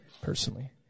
personally